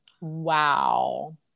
Wow